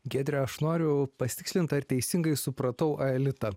giedre aš noriu pasitikslint ar teisingai supratau aelitą